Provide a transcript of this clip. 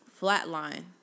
flatline